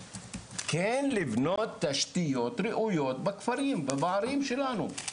כן לבנות תשתיות ראויות בכפרים ובערים שלנו,